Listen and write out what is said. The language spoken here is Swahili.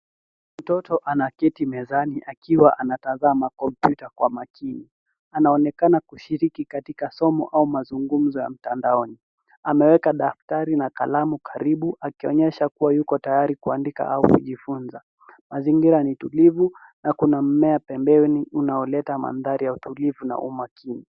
Mtoto anaketi mezani akiwa anatazama kompyuta kwa makini ,anaonekana kushiriki katika somo au mazungumzo ya mtandaoni ameweka daftari na kalamu karibu akionyesha kuwa yuko tayari kuandika au kujifunza, mazingira ni tulivu na kuna mmea pembeni unaoleta mandhari ya utulivu na umakini.